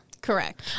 Correct